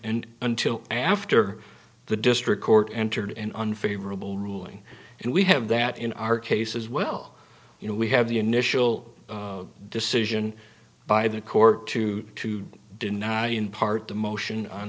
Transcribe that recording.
and until after the district court entered an unfavorable ruling and we have that in our case as well you know we have the initial decision by the court to to deny in part the motion on